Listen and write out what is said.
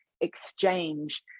exchange